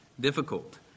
difficult